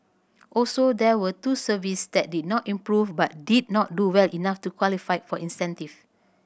also there were two services that did not improve but did not do well enough to qualify for incentive